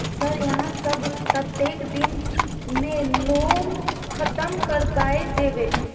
Sir यहाँ सब कतेक दिन में लोन खत्म करबाए देबे?